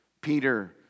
Peter